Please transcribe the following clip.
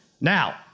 Now